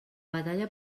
batalla